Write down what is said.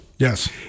Yes